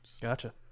Gotcha